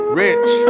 rich